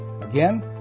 Again